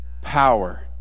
power